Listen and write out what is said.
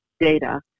data